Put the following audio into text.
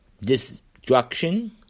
destruction